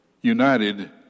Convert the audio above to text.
united